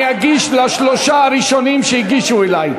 אני אתן לשלושת הראשונים שהגישו לי.